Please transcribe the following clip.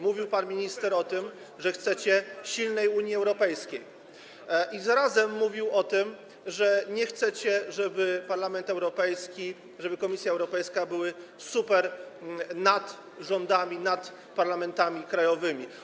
Mówił pan minister o tym, że chcecie silnej Unii Europejskiej, i zarazem o tym, że nie chcecie, żeby Parlament Europejski i Komisja Europejska były superrządami, były nad rządami, nad parlamentami krajowymi.